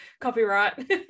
Copyright